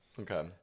Okay